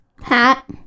hat